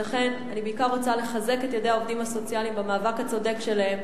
ולכן אני בעיקר רוצה לחזק את ידי העובדים הסוציאליים במאבק הצודק שלהם,